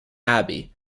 abbey